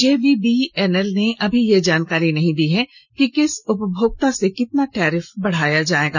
JVBNL ने अभी यह जानकारी नहीं दी है कि किस उपभोक्ता से कितना टैरिफ बढ़ाया जाएगा